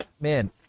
Man